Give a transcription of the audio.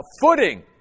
footing